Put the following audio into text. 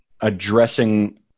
addressing